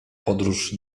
podróż